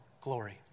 glory